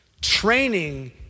Training